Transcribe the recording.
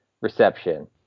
reception